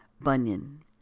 Bunyan